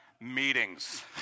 Meetings